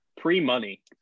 Pre-money